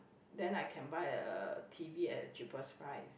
then I can buy a T_V at a cheapest price